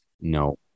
No